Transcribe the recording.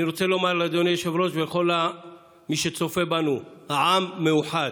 אני רוצה לומר לאדוני היושב-ראש ולכל מי שצופה בנו: העם מאוחד,